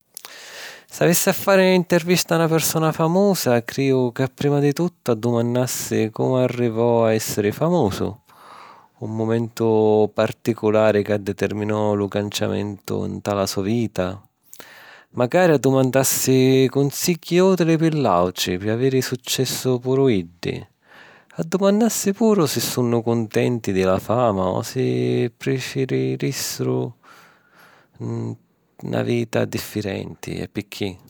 S’avissi a fari n’intervista a na persona famusa, criju ca prima di tuttu addumannassi comu arrivò a èssiri famusu, un momentu particulari ca determinò lu canciamentu nta la so vita. Macari addumannassi cunsigghi ùtili pi l’àutri pi aviri successu puru iddi. Addumannassi puru si sunnu cuntenti di la fama o si prifirìssiru na vita diffirenti, e picchì.